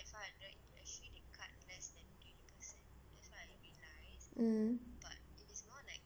mm